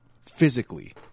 physically